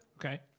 Okay